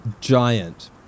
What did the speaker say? giant